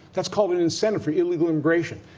that's called and incentive for illegal immigration.